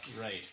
right